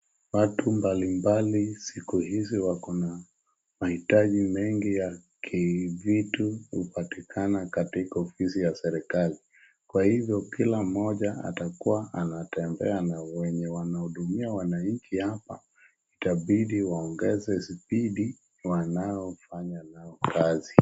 Watu mbalimbali siku hizi wako na mahitaji mengi ya ki vitu hupatikana katika ofisi ya serikali, kwa hivyo kila mmoja atakuwa anatembea, na wenye wanahudumia wananchi hapa, itabidi waongeze spidi , wanao fanya nao kazi.